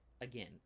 again